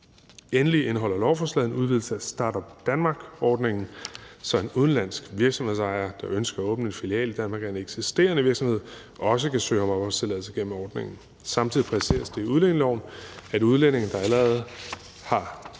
Endelig indeholder lovforslaget en udvidelse af Start-up Denmark-ordningen, så en udenlandsk virksomhedsejer, der ønsker at åbne en filial i Danmark af en eksisterende virksomhed, også kan søge om opholdstilladelse gennem ordningen. Samtidig præciseres det i udlændingeloven, at en udlænding, der allerede har